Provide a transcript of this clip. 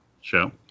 show